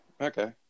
Okay